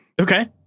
Okay